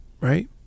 right